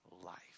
life